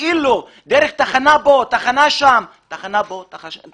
תחנה פה ותחנה שם לצערי